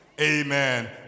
Amen